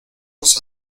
los